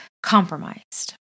Compromised